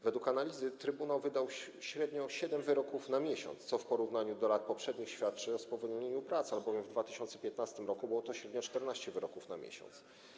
Według analizy trybunał wydał średnio siedem wyroków na miesiąc, co w porównaniu do lat poprzednich świadczy o spowolnieniu prac, albowiem w 2015 r. było to średnio 14 wyroków na miesiąc.